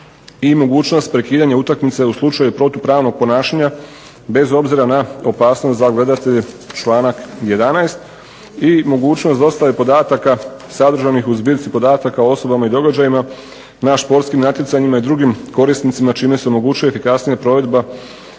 I mogućnost prekidanja utakmice u slučaju protupravnog ponašanja, bez obzira na opasnost za gledatelje, članak 11. I mogućnost dostave podataka sadržanih u zbirci podataka o osobama i događajima na športskim natjecanjima i drugim korisnicima čime se omogućuje kasnija provedba